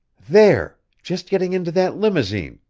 there just getting into that limousine.